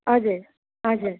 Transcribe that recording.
हजुर हजुर